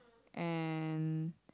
and